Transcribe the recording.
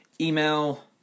email